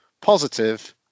positive